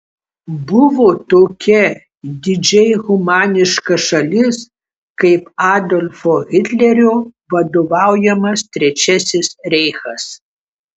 buvo tokia didžiai humaniška šalis kaip adolfo hitlerio vadovaujamas trečiasis reichas